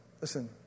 Listen